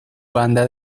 banda